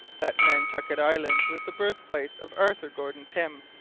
that nantucket island was the birthplace of arthur gordon pym,